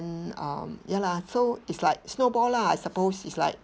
mm um ya lah so it's like snowball lah I suppose is like